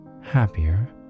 happier